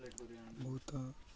ବହୁତ